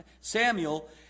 Samuel